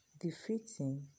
defeating